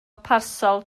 parsel